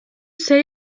say